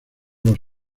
los